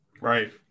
Right